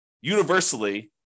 universally